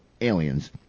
aliens